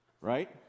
Right